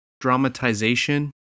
dramatization